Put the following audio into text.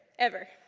ever.